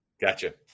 Gotcha